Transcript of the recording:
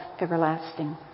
everlasting